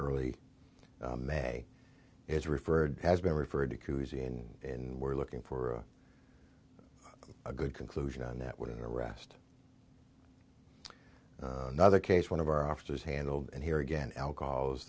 early may is referred has been referred to cousy and and we're looking for a good conclusion on that within the rest another case one of our officers handled and here again alcohol